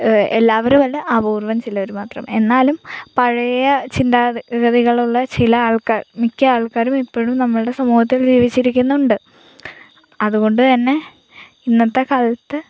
എല്ലാവരും അല്ല അപൂർവ്വം ചിലർ മാത്രം എന്നാലും പഴയ ചിന്താഗതികളുള്ള ചില ആൾക്കാർ മിക്ക ആൾക്കാരും ഇപ്പോഴും നമ്മളുടെ സമൂഹത്തിൽ ജീവിച്ചിരിക്കുന്നുണ്ട് അതുകൊണ്ട് തന്നെ ഇന്നത്തെ കാലത്ത്